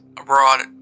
abroad